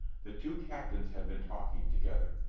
the two captains had been talking together.